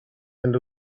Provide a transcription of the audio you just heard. end